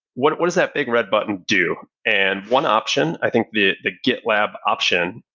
what what is that big red button do? and one option, i think the the gitlab option,